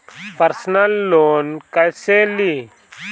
Personal loan कैसे ली?